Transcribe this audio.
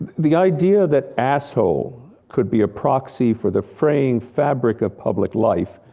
the idea that asshole could be a proxy for the fraying fabric of public life,